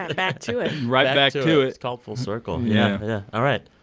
ah ah back to it right back to it it's called full circle yeah yeah. all right